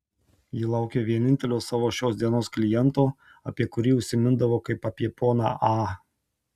ji laukė vienintelio savo šios dienos kliento apie kurį užsimindavo kaip apie poną a